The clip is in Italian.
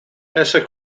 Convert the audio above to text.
essa